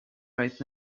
right